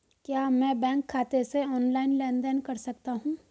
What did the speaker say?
क्या मैं बैंक खाते से ऑनलाइन लेनदेन कर सकता हूं?